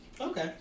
Okay